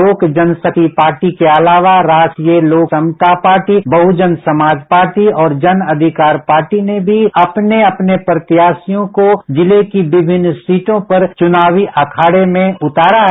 लोक जनशक्ति पार्टी के अलावा राष्ट्रीय लोक समता पार्टी बहुजन समाज पार्टी और ँजन अधिकार पार्टी ने भी अपने प्रत्याशियों को जिले की विभिन्न सीटों चुनावी अखाडे में उतारा है